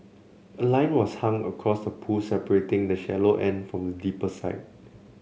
a line was hung across the pool separating the shallow end from the deeper side